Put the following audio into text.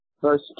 Verse